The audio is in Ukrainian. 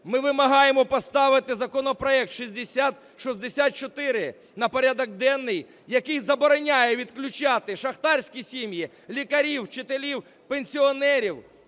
Ми вимагаємо поставити законопроект 6064 на порядок денний, який забороняє відключати шахтарські сім'ї, лікарів, вчителів, пенсіонерів